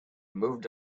moved